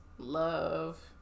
Love